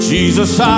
Jesus